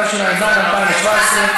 התשע"ז 2017,